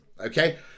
okay